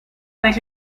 avec